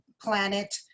planet